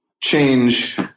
change